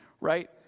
Right